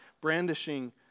brandishing